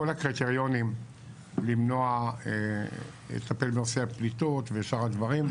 הקריטריונים לטפל בנושא הפליטות ושאר הדברים,